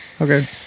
Okay